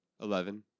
Eleven